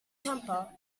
temper